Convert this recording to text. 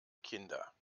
kinder